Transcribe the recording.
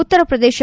Uttar Pradesh